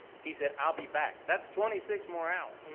he said, i'll be back. that's twenty six more hours,